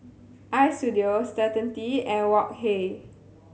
Istudio Certainty and Wok Hey